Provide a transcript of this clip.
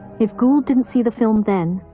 if gould didn't see the film then,